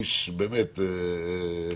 איש באמת -- יקר.